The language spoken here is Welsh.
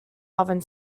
ofn